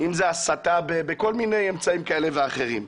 אם זו הסתה בכל מיני אמצעים כאלה ואחרים.